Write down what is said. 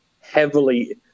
heavily